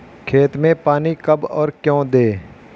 खेत में पानी कब और क्यों दें?